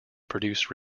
produce